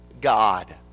God